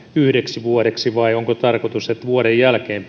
yhdeksi vuodeksi vai onko tarkoitus että vuoden jälkeen